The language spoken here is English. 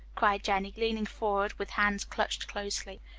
cried jennie, leaning forward with hands clutched closely.